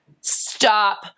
Stop